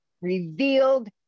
revealed